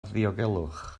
ddiogelwch